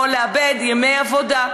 או לאבד ימי עבודה.